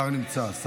השר נמצא.